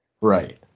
Right